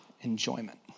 enjoyment